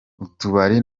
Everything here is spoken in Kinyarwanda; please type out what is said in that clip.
utubari